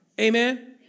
Amen